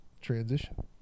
transition